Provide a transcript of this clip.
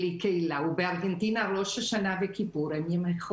בלי קהילה; ובארגנטינה ראש השנה וכיפור הם ימי חול.